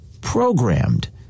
programmed